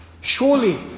surely